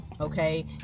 Okay